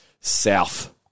south